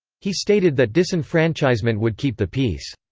he stated that disenfranchisement would keep the peace.